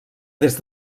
des